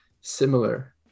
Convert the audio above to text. similar